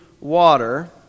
water